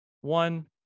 one